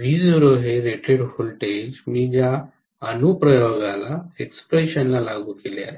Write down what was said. V0 हे rated voltage मी ज्या अनुप्रयोगाला लागू केले आहे